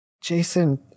jason